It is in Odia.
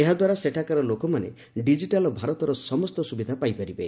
ଏହା ଦ୍ୱାରା ସେଠାକାର ଲୋକମାନେ ଡିଜିଟାଲ୍ ଭାରତର ସମସ୍ତ ସୁବିଧା ପାଇପାରିବେ